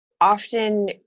often